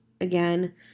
again